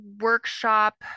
workshop